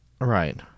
Right